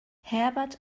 herbert